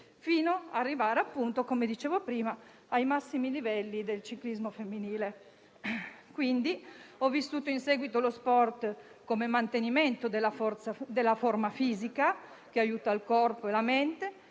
fino ad arrivare, come dicevo prima, ai massimi livelli del ciclismo femminile. Ho vissuto in seguito lo sport come mantenimento della forma fisica che aiuta il corpo e la mente